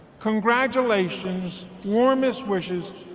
congratulations warmest wishes,